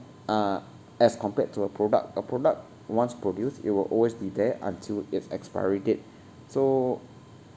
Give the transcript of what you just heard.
uh as compared to a product a product once produced it will always be there until its expiry date so